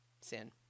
Sin